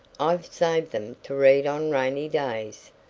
i've saved them to read on rainy days.